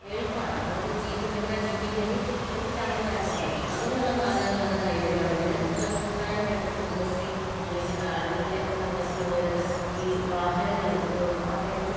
എളുപ്പമാണ് അവിടുന്ന് ജീപ്പ് ഉണ്ടെങ്കിൽ ആ ജീപ്പിൽ കയറി നമുക്ക് ടൗൺ വരെ പോകാൻ പറ്റും അങ്ങനെയുള്ള മാർഗ്ഗങ്ങളൊക്കെ കൈവരുവാണെങ്കിൽ നല്ല കൂട്ടായ്മ ഇപ്പോൾ കുടുംബശ്രീ അല്ലെങ്കിൽ ആണുങ്ങളുടെയൊക്കെ സംഘത്തിലുള്ളോരൊക്കെ ഈ വാഹനങ്ങൾ അതായത്